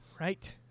Right